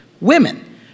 women